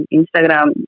Instagram